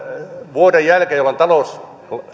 vuoden jälkeen jolloin talous